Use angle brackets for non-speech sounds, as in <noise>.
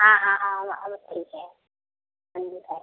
हाँ हाँ हाँ अब अब ठीक है <unintelligible>